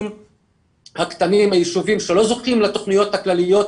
יכול להיות שיש מקום לקיים דיון נפרד על נערים בסיכון